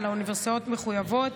ואוניברסיטאות מחויבות